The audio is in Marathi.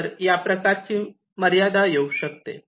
तर या प्रकारची मर्यादा येऊ शकते